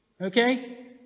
Okay